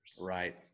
Right